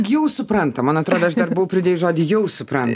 jau supranta man atrodo aš buvau pridėjus žodį jau supranta